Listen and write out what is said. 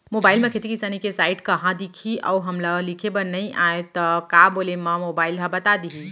Mobile म खेती किसानी के साइट कहाँ दिखही अऊ हमला लिखेबर नई आय त का बोले म मोबाइल ह बता दिही?